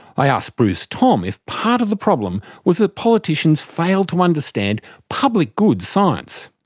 i asked bruce thom if part of the problem was that politicians failed to understand public good science,